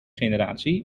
generatie